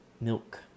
Milk